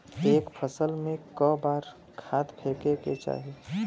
एक फसल में क बार खाद फेके के चाही?